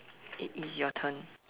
it is your turn